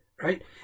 Right